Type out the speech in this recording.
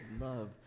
love